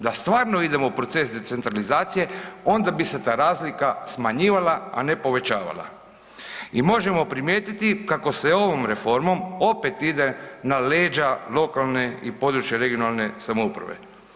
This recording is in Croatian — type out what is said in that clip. Da stvarno idemo u proces decentralizacije, onda bi se ta razlika smanjivala, a ne povećavala i možemo primijetiti kako se ovom reformom opet ide na leđa lokalne i područne (regionalne) samouprave.